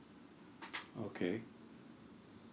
okay